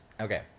Okay